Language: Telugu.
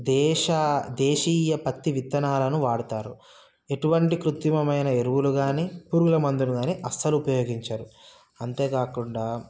దేశ దేశీయ పత్తి విత్తనాలను వాడుతారు ఎటువంటి కృతిమమైన ఎరువులు కానీ పురుగుల మందులు కానీ అస్సలు ఉపయోగించరు అంతే కాకుండా